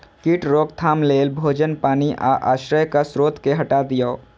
कीट रोकथाम लेल भोजन, पानि आ आश्रयक स्रोत कें हटा दियौ